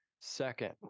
Second